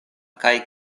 kaj